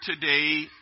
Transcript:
today